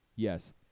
Yes